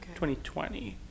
2020